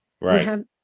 Right